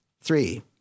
Three